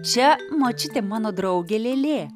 čia močiute mano draugė lėlė